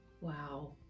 Wow